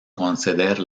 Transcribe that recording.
conceder